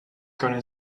gonna